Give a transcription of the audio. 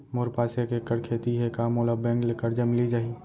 मोर पास एक एक्कड़ खेती हे का मोला बैंक ले करजा मिलिस जाही?